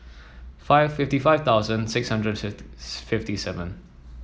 five fifty five thousand six hundred fifty seven